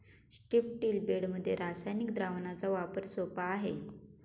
स्ट्रिप्टील बेडमध्ये रासायनिक द्रावणाचा वापर सोपा आहे